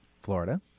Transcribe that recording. Florida